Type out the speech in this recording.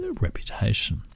reputation